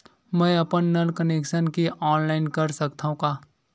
मैं अपन नल कनेक्शन के ऑनलाइन कर सकथव का?